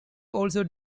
also